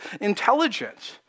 intelligence